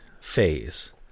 phase